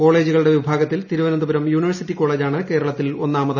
കോളേജുകളുടെ വിഭാഗത്തിൽ തിരുവനന്തപുരം യൂണിവേഴ്സിറ്റി കോളേജാണ് കേരളത്തിൽ ഒന്നാമത്